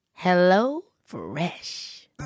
HelloFresh